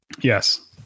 Yes